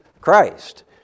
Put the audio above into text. Christ